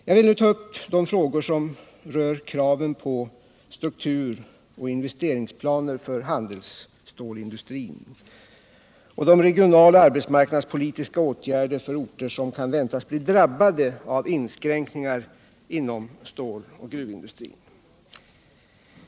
Jag vill nu ta upp de frågor som rör kraven på strukturoch investeringsplaner för handelsstålsindustrin och regionaloch arbetsmarknadspolitiska åtgärder för orter som kan väntas bli drabbade av inskränkningar inom ståloch gruvindustrin.